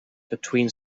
between